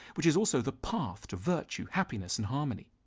which is also the path to virtue, happiness, and harmony.